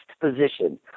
position